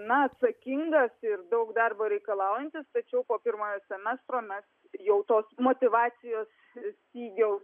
na atsakingas ir daug darbo reikalaujantis tačiau po pirmojo semestro mes jau tos motyvacijos stygiaus